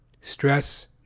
Stress